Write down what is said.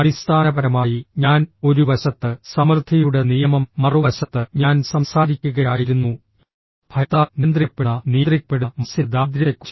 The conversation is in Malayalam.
അടിസ്ഥാനപരമായി ഞാൻ ഒരു വശത്ത് സമൃദ്ധിയുടെ നിയമം മറുവശത്ത് ഞാൻ സംസാരിക്കുകയായിരുന്നു ഭയത്താൽ നിയന്ത്രിക്കപ്പെടുന്ന നിയന്ത്രിക്കപ്പെടുന്ന മനസ്സിന്റെ ദാരിദ്ര്യത്തെക്കുറിച്ച്